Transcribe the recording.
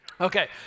Okay